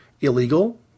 illegal